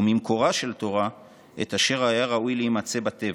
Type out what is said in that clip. וממקורה של תורה את אשר היה ראוי להימצא בטבע,